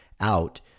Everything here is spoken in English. out